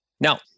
Now